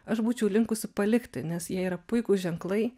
aš būčiau linkusi palikti nes jie yra puikūs ženklai